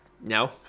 No